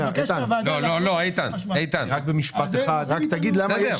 רק תגיד למה יש